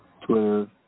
twitter